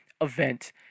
event